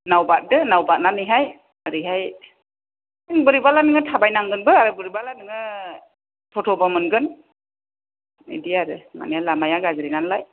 नाव बारदो नाव बारनानैहाय एरैहाय बोरैबाला नोङो थाबायनांगोनबो बोरैबाला नोङो टट'बो मोनगोन बिदि आरो माने लामाया गाज्रि नालाय